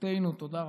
תודה רבה.